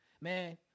Man